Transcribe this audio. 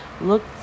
Look